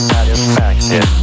Satisfaction